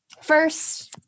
First